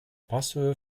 passhöhe